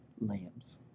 lambs